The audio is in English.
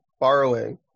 borrowing